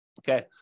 Okay